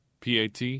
PAT